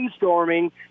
brainstorming